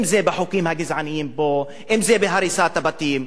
אם בחוקים הגזעניים פה, אם בהריסת הבתים.